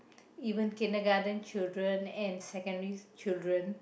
even kindergarten children and secondary children